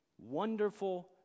wonderful